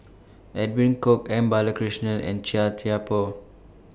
Edwin Koek M Balakrishnan and Chia Thye Poh